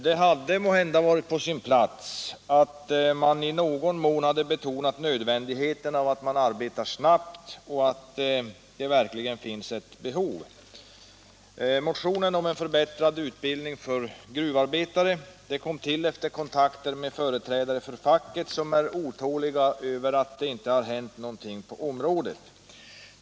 Det hade måhända varit på sin plats att utskottet i någon mån betonat att det här föreligger ett behov och nödvändigheten av att gruppen arbetar snabbt. Motionen om en förbättrad utbildning för gruvarbetare kom till efter kontakter med företrädare för facket, där man är otålig över att det inte har hänt någonting på området.